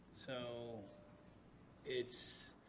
so it's